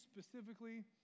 specifically